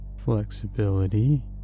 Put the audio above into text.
flexibility